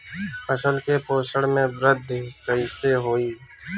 फसल के पोषक में वृद्धि कइसे होई?